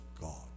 God